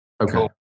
Okay